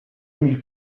emile